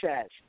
says